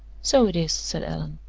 so it is, said allan.